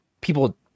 people